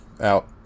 out